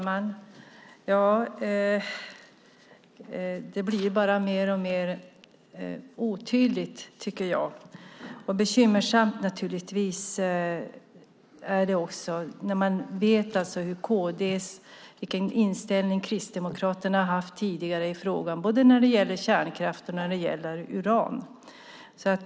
Fru talman! Det blir bara mer och mer otydligt, tycker jag. Bekymmersamt är det naturligtvis också när man vet vilken inställning Kristdemokraterna tidigare har haft i frågan, både när det gäller kärnkraft och uran.